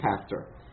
pastor